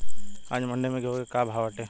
आज मंडी में गेहूँ के का भाव बाटे?